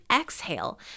exhale